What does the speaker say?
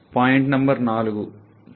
point number 4 15